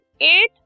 eight